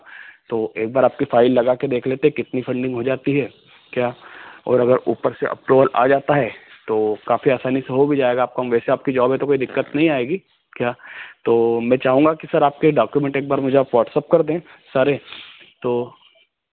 तो एक बार आपकी फ़ाइल लगा कर देख लेते हैं कितनी फ़न्डिंग हो जाती है क्या और अगर ऊपर से अप्रूवल आ जाता है तो काफ़ी आसानी से हो भी जाएगा आप काम वैसे आपकी जॉब है तो कोई दिक्कत नहीं आएगी क्या तो मैं चाहूँगा कि सर आपके डाकुमेंट एक बार मुझे आप वॉट्सअप कर दें सारे तो